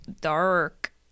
dark